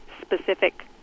specific